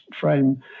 frame